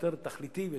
יותר תכליתי,